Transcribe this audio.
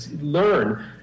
learn